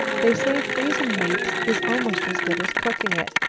they say freezing meat is almost as good as cooking it.